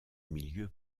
milieu